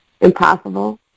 impossible